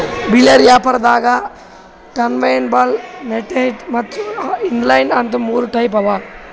bell wrapper ದಾಗಾ turntable satellite ಮತ್ತ್ inline ಅಂತ್ ಮೂರ್ ಟೈಪ್ ಅವಾ